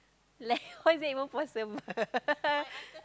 like how is it even possible